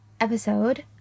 episode